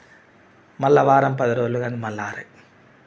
మళ్ళా వారం పది రోజులు గానీ మళ్ళా